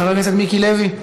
חבר הכנסת מיקי לוי,